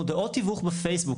מודעות תיווך ב"פייסבוק",